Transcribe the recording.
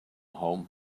home